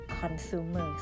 consumers